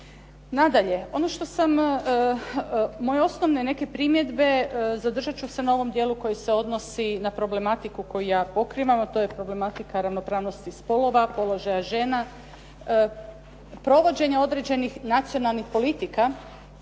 sam, moje osnovne neke primjedbe zadržat ću se onom dijelu koji se odnosi na problematiku koju ja pokrivam a to je problematika ravnopravnosti spolova, položaja žena, provođenja određenih nacionalnih politika